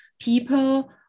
people